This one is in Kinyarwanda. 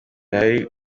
nari